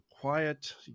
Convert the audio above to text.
quiet